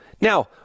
Now